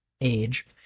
age